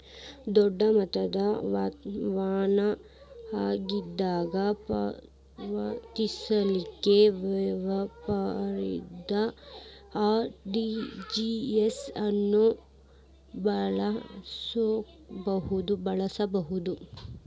ದೊಡ್ಡ ಮೊತ್ತ ವನ್ನ ಆಗಿಂದಾಗ ಪಾವತಿಸಲಿಕ್ಕೆ ವ್ಯಾಪಾರದಿಂದ ಆರ್.ಟಿ.ಜಿ.ಎಸ್ ಅನ್ನು ಬಳಸ್ಕೊಬೊದು